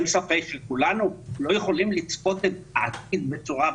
אין ספק שכולנו לא יכולים לצפות את העתיד בצורה ברורה,